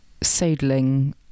Sodling